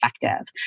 effective